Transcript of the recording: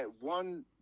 one